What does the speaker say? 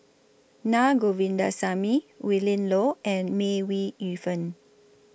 Naa Govindasamy Willin Low and May Ooi Yu Fen